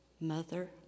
mother